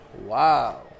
wow